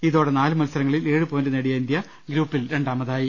ഇതോടെ നാല് മത്സര ങ്ങളിൽ ഏഴ് പോയിന്റു നേടിയ ഇന്ത്യ ഗ്രൂപ്പിൽ രണ്ടാമതായി